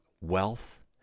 wealth